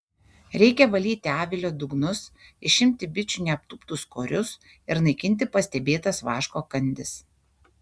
reikia valyti avilio dugnus išimti bičių neaptūptus korius ir naikinti pastebėtas vaško kandis